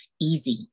easy